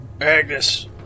Agnes